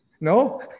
No